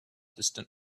distant